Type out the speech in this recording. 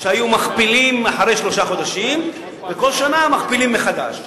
שהיו מכפילים אחרי שלושה חודשים ובכל שנה מכפילים מחדש.